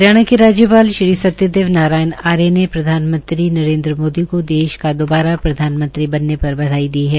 हरियाणा के राज्यपाल श्री सत्यदेव नारायण आर्य ने प्रधानमंत्री श्री नरेन्द्र मोदी को देश का दोबारा प्रधानमंत्री बनने पर बधाई दी है